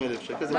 אתם